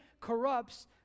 corrupts